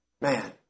Man